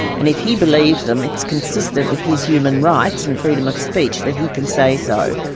and if he believes them, it's consistent with his human rights and freedom of speech, that he can say so.